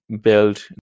build